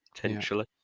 potentially